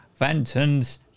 Vanton's